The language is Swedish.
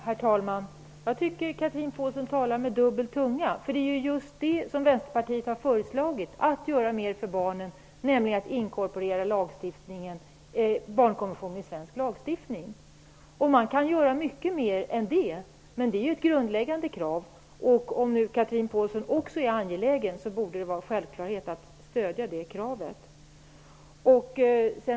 Herr talman! Jag tycker att Chatrine Pålsson talar med kluven tunga. Vänsterpartiet har ju föreslagit att vi skall göra mer för barnen genom att inkorporera barnkonventionen i den svenska lagstiftningen. Man kan göra mycket mer än det, men det är ett grundläggande krav. Om Chatrine Pålsson också är angelägen om det borde det vara en självklarhet att stödja det kravet. Herr talman!